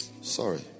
Sorry